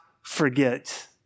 forget